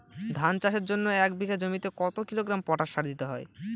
ধান চাষের জন্য এক বিঘা জমিতে কতো কিলোগ্রাম পটাশ সার দিতে হয়?